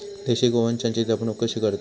देशी गोवंशाची जपणूक कशी करतत?